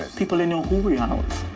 ah people didn't know who rihanna was.